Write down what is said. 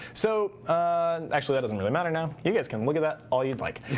so actually, that doesn't really matter now. you guys can look at that all you'd like.